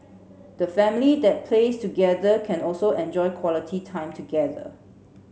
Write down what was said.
the family that plays together can also enjoy quality time together